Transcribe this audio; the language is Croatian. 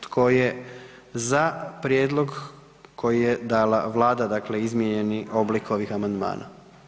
Tko je za prijedlog koji je dala Vlada, dakle izmijenjeni oblik ovih amandmana?